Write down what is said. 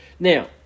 Now